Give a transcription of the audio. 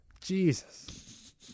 Jesus